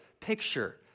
picture